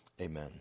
Amen